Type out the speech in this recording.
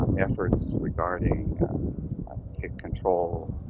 efforts regarding control,